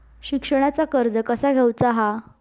शिक्षणाचा कर्ज कसा घेऊचा हा?